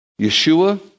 Yeshua